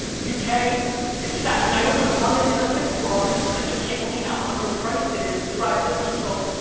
you know it's that, i mean, i opened a london and a singapore office because i just can't believe how underpriced it is to drive business results.